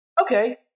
okay